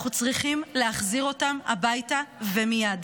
אנחנו צריכים להחזיר אותם הביתה ומייד.